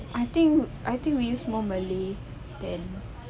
I think I think we use more malay than